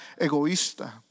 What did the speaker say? egoísta